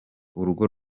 urugo